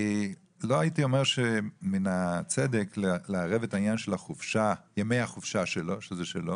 לא הייתי אומר שמן הצדק לערב את העניין של ימי החופשה שהם שלו